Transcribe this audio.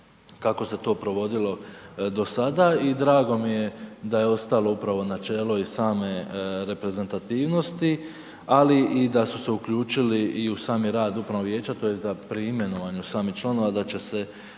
kako se to provodilo do sada i drago mi je da je ostalo upravo načelo i same reprezentativnosti ali i da su se uključili i u sami rad upravnog vijeća tj. da pri imenovanju samih članova da će se